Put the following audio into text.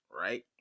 right